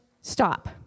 Stop